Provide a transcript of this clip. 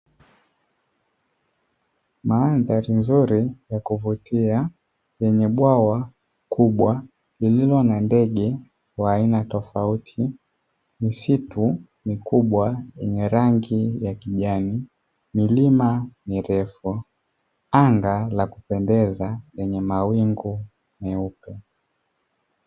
Mandhari nzuri ya kuvutia yenye bwawa kubwa lililo na ndege wa aina tofauti, misitu mikubwa yenye rangi ya kijani, milima mirefu, anga la kupendeza lenye mawingu meupe.